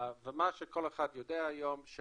מה שכל אחד יודע היום זה